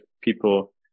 people